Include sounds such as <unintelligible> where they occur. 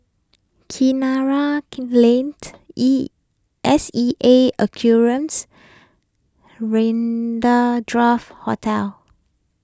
Kinara Lane <unintelligible> E S E A Aquariums <unintelligible> Hotel